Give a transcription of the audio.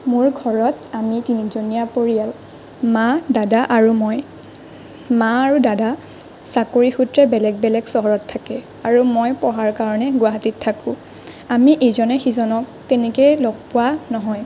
মোৰ ঘৰত আমি তিনিজনীয়া পৰিয়াল মা দাদা আৰু মই মা আৰু দাদা চাকৰিসূত্ৰে বেলেগ বেলেগ চহৰত থাকে আৰু মই পঢ়াৰ কাৰণে গুৱাহাটীত থাকোঁ আমি ইজনে সিজনক তেনেকৈ লগ পোৱা নহয়